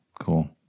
cool